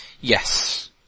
Yes